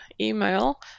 email